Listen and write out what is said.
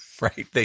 right